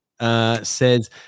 says